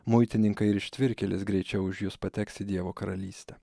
muitininkai ir ištvirkėlės greičiau už jus pateks į dievo karalystę